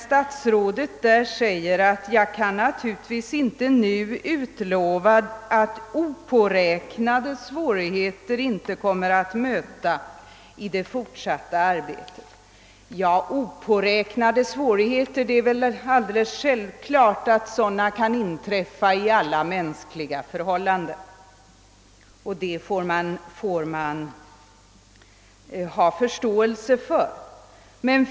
Statsrådet skriver där: »Jag kan naturligtvis inte nu utlova att opåräknade svårigheter inte kommer att möta i det fortsatta arbetet.» Ja, det är väl alldeles självklart att opåräknade svårigheter kan inträffa i alla mänskliga förhållanden, och dem får man ha förståelse för.